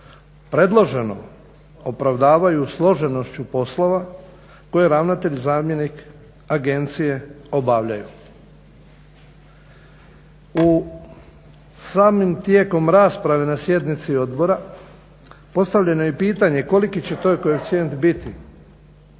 Predloženo opravdavaju složenošću poslova koje ravnatelj i zamjenik agencije obavljaju. U samom tijeku rasprave na sjednici odbora postavljeno je i pitanje koliki će to koeficijent biti?